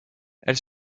elle